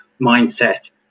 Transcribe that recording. mindset